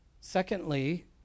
Secondly